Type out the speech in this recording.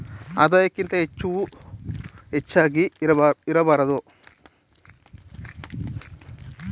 ಆದಾಯಕ್ಕಿಂತ ವೆಚ್ಚವು ಹೆಚ್ಚಾಗಿ ಇರಬಾರದು